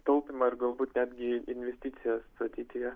taupymą ir galbūt netgi investicijas ateityje